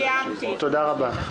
תודה רבה.